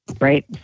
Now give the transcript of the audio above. right